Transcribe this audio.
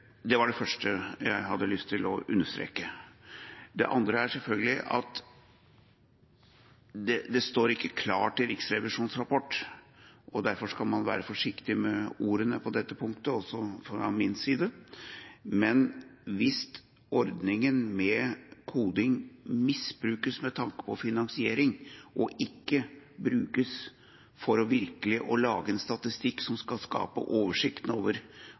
Det var det første jeg hadde lyst til å understreke. Det andre er selvfølgelig – det står ikke klart i Riksrevisjonens rapport, og derfor skal man være forsiktig med ordene på dette punktet, også fra min side – at hvis ordningen med koding misbrukes med tanke på finansiering, og ikke brukes for virkelig å lage en statistikk som skal skape oversikt over